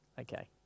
okay